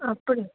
அப்படியா